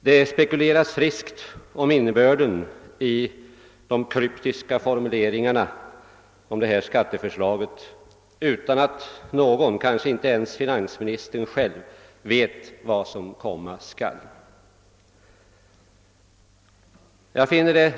Det spekuleras friskt om innebörden av de kryptiska formulering arna beträfande detta skatteförslag utan att någon, kanske inte ens finansministern själv, vet vad som komma skall.